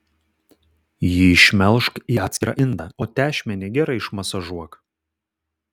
jį išmelžk į atskirą indą o tešmenį gerai išmasažuok